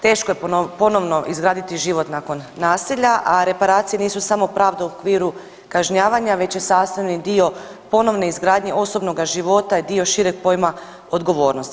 Teško je ponovno izgraditi život nakon nasilja, a reparacije nisu samo pravda u okviru kažnjavanja već je i sastavni dio ponovne izgradnje osobnoga života je dio šireg pojma odgovornosti.